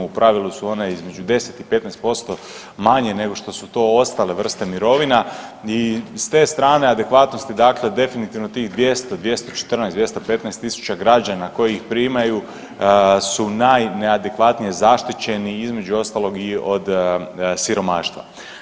U pravilu su one između 10 i 15% manje nego što su to ostale vrste mirovina i s te strane adekvatnosti, dakle definitivno tih 200, 214, 215000 građana koji ih primaju su najneadekvatnije zaštićeni između ostalog i od siromaštva.